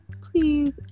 please